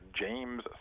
James